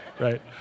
Right